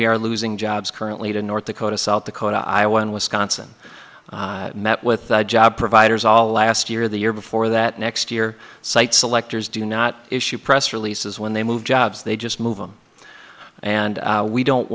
we are losing jobs currently to north dakota south dakota iowa and wisconsin met with job providers all last year the year before that next year site selectors do not issue press releases when they move jobs they just move them and we don't